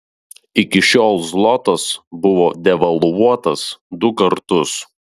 iki šiol zlotas buvo devalvuotas du kartus